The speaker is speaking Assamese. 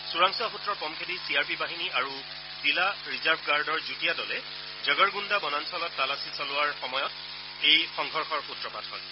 চোৰাংচোৱা সূত্ৰৰ পমখেদি চি আৰ পি বাহিনী আৰু জিলা ৰিজাৰ্ভ গাৰ্ডৰ যুটীয়া দলে জগৰণুণ্ডা বনাঞ্চলত তালাচী অভিযান চলোৱাৰ সময়তে এই সংঘৰ্ষৰ সূত্ৰপাত ঘটে